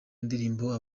indirimbo